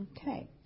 Okay